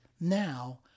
Now